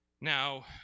Now